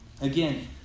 Again